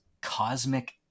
cosmic